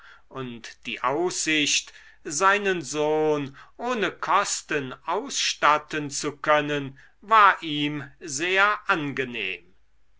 und die aussicht seinen sohn ohne kosten ausstatten zu können war ihm sehr angenehm